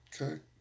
Okay